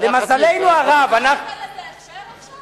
למזלנו הרב, אתה נותן לזה הכשר עכשיו?